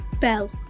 Bell